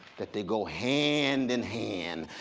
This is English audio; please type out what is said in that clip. that they go hand in hand.